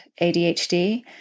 ADHD